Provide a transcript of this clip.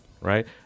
Right